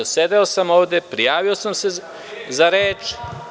Sedeo sam ovde, prijavio sam se za reč.